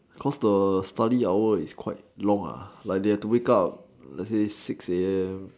cause the study hour is quite long lah like they have to wake up let's say six A_M